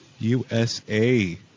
USA